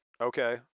Okay